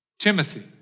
Timothy